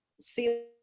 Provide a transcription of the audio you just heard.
see